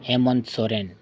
Hemant Soren